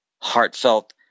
heartfelt